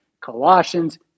Colossians